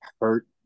hurt